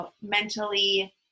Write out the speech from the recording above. mentally